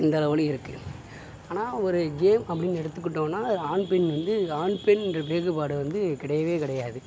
இந்த இருக்குது ஆனால் ஒரு கேம் அப்படின்னு எடுத்துக்கிட்டோனா அது ஆண் பெண் வந்து ஆண் பெண் என்ற வேறுபாடு வந்து கிடையவே கிடையாது